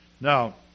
Now